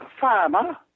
farmer